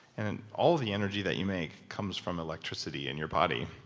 and all of the energy that you make comes from electricity in your body,